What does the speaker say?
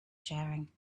sharing